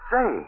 Say